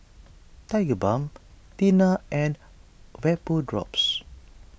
Tigerbalm Tena and Vapodrops